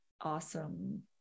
awesome